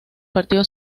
partido